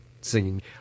singing